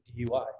DUI